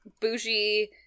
bougie